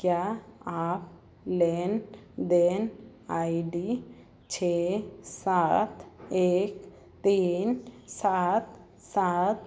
क्या आप लेन देन आई डी छः सात एक तीन सात सात